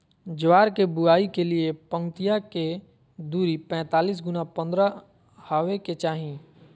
ज्वार के बुआई के लिए पंक्तिया के दूरी पैतालीस गुना पन्द्रह हॉवे के चाही